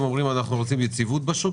אומרים שרוצים יציבות בשוק,